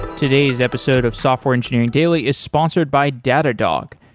today's episode of software engineering daily is sponsored by datadog,